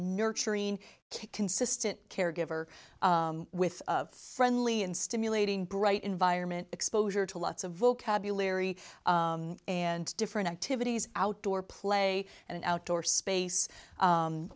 nurturing consistent caregiver with friendly and stimulating bright environment exposure to lots of vocabulary and different activities outdoor play and outdoor space